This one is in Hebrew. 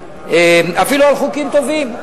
אפילו על חוקים טובים.